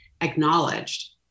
acknowledged